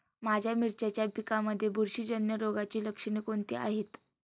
माझ्या मिरचीच्या पिकांमध्ये बुरशीजन्य रोगाची लक्षणे कोणती आहेत?